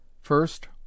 First